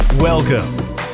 Welcome